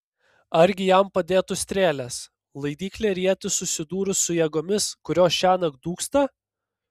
argi jam padėtų strėlės laidyklė ir ietis susidūrus su jėgomis kurios šiąnakt dūksta